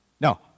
No